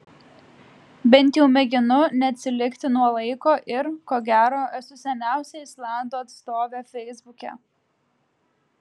bent jau mėginu neatsilikti nuo laiko ir ko gero esu seniausia islandų atstovė feisbuke